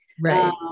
Right